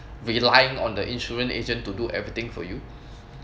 relying on the insurance agent to do everything for you